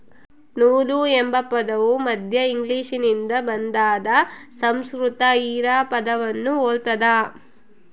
ನೂಲು ಎಂಬ ಪದವು ಮಧ್ಯ ಇಂಗ್ಲಿಷ್ನಿಂದ ಬಂದಾದ ಸಂಸ್ಕೃತ ಹಿರಾ ಪದವನ್ನು ಹೊಲ್ತದ